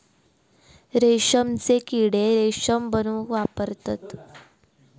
रेशमचे किडे रेशम बनवूक वापरतत